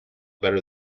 better